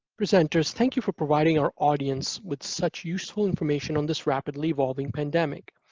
presenters, thank you for providing our audience with such useful information on this rapidly evolving pandemic.